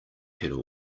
pedal